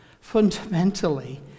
fundamentally